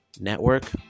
network